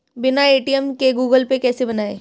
बिना ए.टी.एम के Google Pay कैसे बनायें?